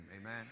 Amen